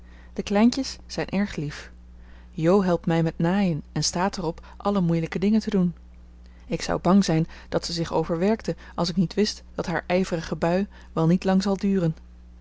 de kleintjes zijn erg lief jo helpt mij met naaien en staat er op alle moeilijke dingen te doen ik zou bang zijn dat ze zich overwerkte als ik niet wist dat haar ijverige bui wel niet lang zal duren